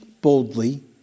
boldly